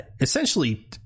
essentially